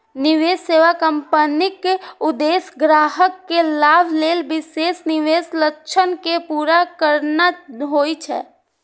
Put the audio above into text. निवेश सेवा कंपनीक उद्देश्य ग्राहक के लाभ लेल विशेष निवेश लक्ष्य कें पूरा करना होइ छै